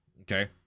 okay